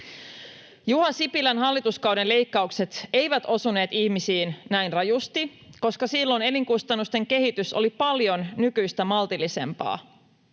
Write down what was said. Juha Sipilän hallituskauden leikkaukset eivät osuneet ihmisiin näin rajusti, koska silloin elinkustannusten kehitys oli paljon nykyistä maltillisempaa.